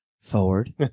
forward